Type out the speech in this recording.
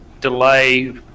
delay